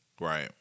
Right